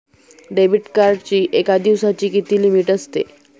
Debit कार्डची एका दिवसाची किती लिमिट असते?